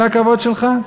זה הכבוד שלך?